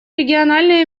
региональные